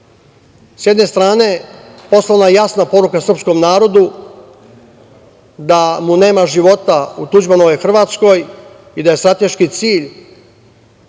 S jedne strane, poslata je jasna poruka srpskom narodu da mu nema života u Tuđmanovoj Hrvatskoj i da je strateški cilj